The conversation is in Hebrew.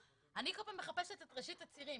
אני כל פעם מחפשת את ראשית הצירים,